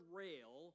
rail